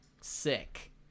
sick